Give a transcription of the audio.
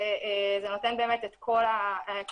זה נותן באמת את כל הכיסוי,